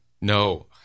No